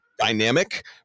dynamic